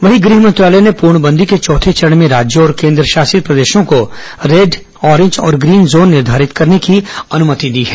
वहीं गृह मंत्रालय ने पूर्णबंदी के चौथे चरण में राज्यों और केन्द्रशासित प्रदेशों को रेड ऑरेंज और ग्रीन जोन निर्धारित करने की अनुमति दी है